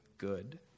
good